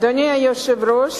אדוני היושב-ראש,